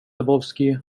lebowski